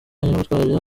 gutwara